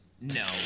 No